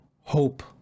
hope